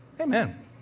Amen